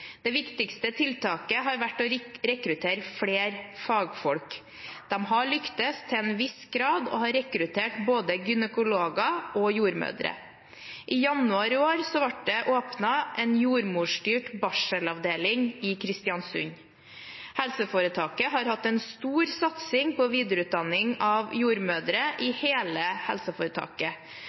Det viktigste tiltaket har vært å rekruttere flere fagfolk. De har lyktes til en viss grad og har rekruttert både gynekologer og jordmødre. I januar i år ble det åpnet en jordmorstyrt barselavdeling i Kristiansund. Helseforetaket har hatt en stor satsing på videreutdanning av jordmødre i hele helseforetaket.